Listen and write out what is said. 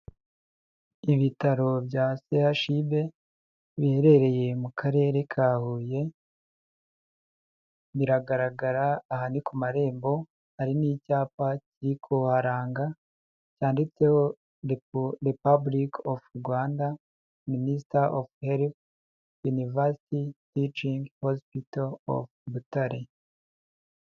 Ibitaro bya CHUB biherereye mu karere ka Huye. biragaragara aha ni ku marembo hari n'icyapari kiri ku haranga cyanditseho Republic of Rwanda, Ministre of Health University Teaching Hospital of Butare.